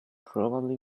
probably